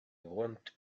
want